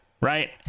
right